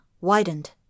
widened